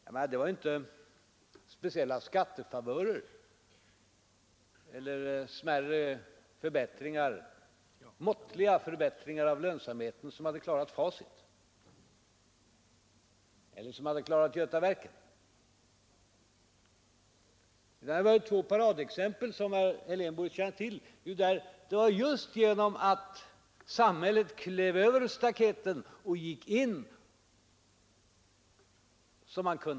Inte hade man kunnat klara Facit eller Götaverken genom några extra skattefavörer eller några måttliga förbättringar av lönsamheten. Nej, detta är två paradexempel som herr Helén borde känna till. Situationen kunde klaras upp-endast genom att samhället klev över staketen och gick in.